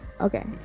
Okay